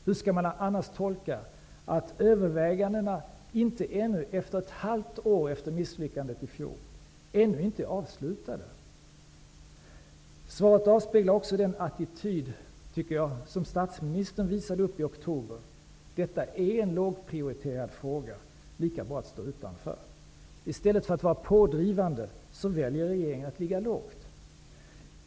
Hur skall annars det faktum tolkas att övervägandena ännu ett halvår efter misslyckandet inte är avslutade? Svaret avspeglar också den attityd som statsministern visade upp i oktober, nämligen att detta är en lågprioriterad fråga. Det är lika bra att stå utanför. I stället för att vara pådrivande väljer regeringen att ligga lågt.